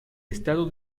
estado